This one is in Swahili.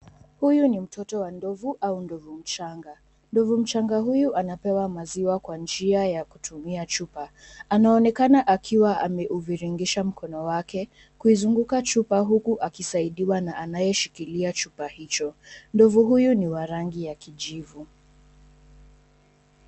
Huyu ni mtoto wa ndovu au ndovu mchanga, ndovu mchanga huyu anapewa maziwa kwa njia ya kutumia chupa, anaonekana akiwa amehubiringisha mkono wake kuizunguka chupa huku akisaidiwa na anayeshikilia chupa hicho ,ndovu huyu ni wa rangi ya kijivu.